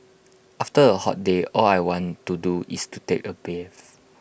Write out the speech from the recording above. after A hot day all I want to do is to take A bath